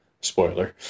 Spoiler